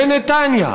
בנתניה,